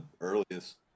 earliest